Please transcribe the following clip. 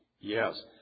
Yes